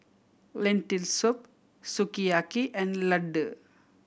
Lentil Soup Sukiyaki and Ladoo